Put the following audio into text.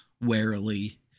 warily